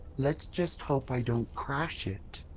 let's just hope i don't crash it.